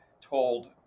told